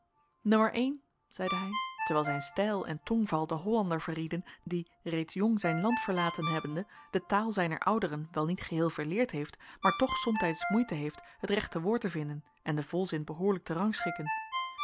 n zeide hij terwijl zijn stijl en tongval den hollander verrieden die reeds jong zijn land verlaten hebbende de taal zijner ouderen wel niet geheel verleerd heeft maar toch somtijds moeite heeft het rechte woord te vinden en den volzin behoorlijk te rangschikken